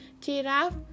giraffe